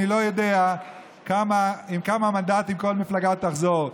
אני לא יודע עם כמה מנדטים כל מפלגה תחזור.